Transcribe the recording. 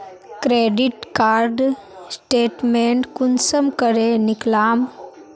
Credit card statement कुंसम करे निकलाम?